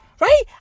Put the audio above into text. right